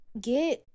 Get